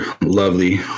lovely